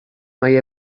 mae